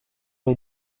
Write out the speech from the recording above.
les